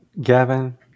Gavin